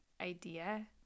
idea